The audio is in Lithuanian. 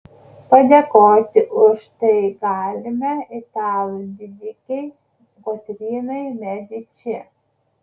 padėkoti už tai galime italų didikei kotrynai mediči